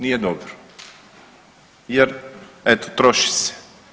Nije dobro jer eto troši se.